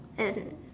is it